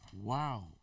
wow